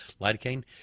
lidocaine